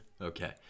okay